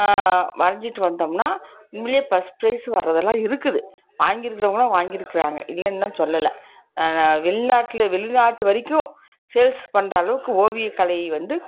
வரைஞ்சுட்டு வந்தோம்னால் உண்மையிலே first prize வர்றதெல்லாம் இருக்குது வாங்கியிருக்கறவங்கள்லாம் வாங்கியிருக்குறாங்க இல்லைனெலாம் சொல்லலை ந வெளிநாட்டில் வெளிநாட்டு வரைக்கும் சேல்ஸ் பண்ணுற அளவுக்கு ஓவியக்கலை வந்து